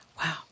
Wow